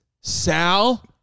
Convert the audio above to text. Sal